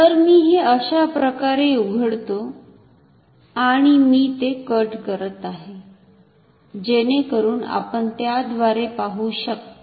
तर मी हे अशाप्रकारे उघडतो आणि मी ते कट करत आहे जेणेकरून आपण त्याद्वारे पाहु शकतो